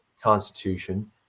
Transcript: constitution